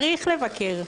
צריך לבקר,